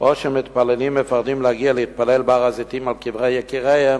או שמתפללים מפחדים להגיע להתפלל בהר-הזיתים על קברי יקיריהם,